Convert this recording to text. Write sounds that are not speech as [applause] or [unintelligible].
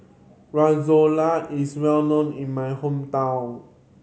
[unintelligible] is well known in my hometown